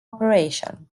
operation